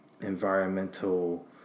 environmental